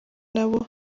nabo